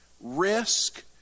risk